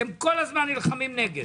אתם כל הזמן נלחמים נגד.